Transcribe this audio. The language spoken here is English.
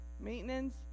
maintenance